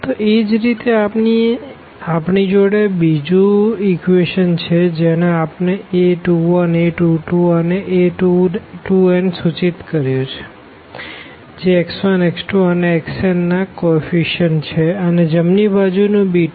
તો એજ રીતે આપણી જોડે બીજું ઇક્વેશન છે જેને આપણે a21 a22 અને a2n સૂચિત કર્યું છે જે x1 x2 અને xnના કો એફ્ફીશીયનટ છે અને જમણી બાજુ નું b2છે